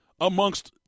amongst